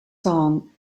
song